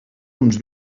uns